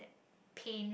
pain